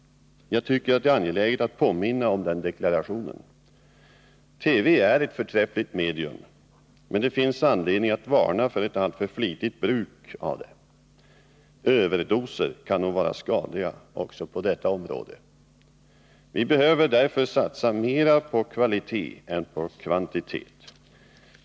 Jag tycker att det är angeläget att påminna om den deklarationen. TV är ett förträffligt medium, men det finns anledning att varna för ett alltför flitigt bruk av det. Överdoser kan nog vara skadliga också på detta område. Vi behöver därför satsa mer på kvalitet än på kvantitet.